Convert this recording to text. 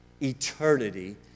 eternity